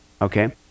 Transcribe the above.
Okay